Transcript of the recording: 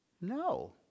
no